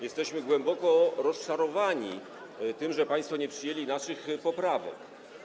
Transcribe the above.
Jesteśmy głęboko rozczarowani tym, że państwo nie przyjęli naszych poprawek.